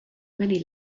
many